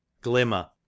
glimmer